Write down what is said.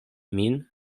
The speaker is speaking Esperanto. min